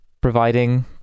providing